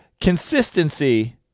Consistency